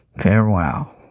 Farewell